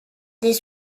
des